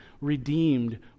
redeemed